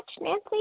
Nancy